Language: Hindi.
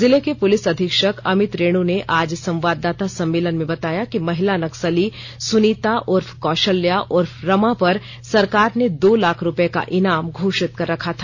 जिले के पुर्लिस अधीक्षक अमित रेणु ने आज संवाददाता सम्मेलन में बताया कि महिला नक्सली सुनीता उर्फ कौशल्या उर्फ रमा पर सरकार ने दो लाख रुपये का इनाम घोषित कर रखा था